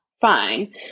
fine